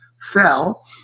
fell